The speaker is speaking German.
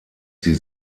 sie